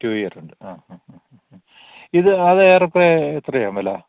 to year ഉണ്ട് ആ ഹ് ഹ് ഹ്ഹ് ഇത് അത് ഏറെ എത്രയാണ് വില